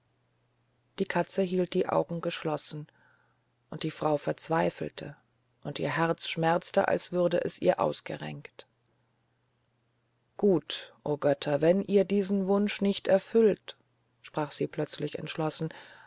die katze hielt die augen geschlossen und die frau verzweifelte und ihr herz schmerzte als würde es ihr ausgerenkt gut o götter wenn ihr diesen wunsch nicht erfüllt sprach sie plötzlich entschlossen